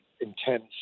intense